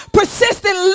Persistent